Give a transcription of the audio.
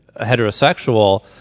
heterosexual